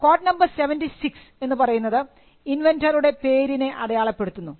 code number 76 എന്നു പറയുന്നത് ഇൻവെൻന്ററുടെ പേരിനെ അടയാളപ്പെടുത്തുന്നു